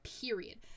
period